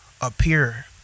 appear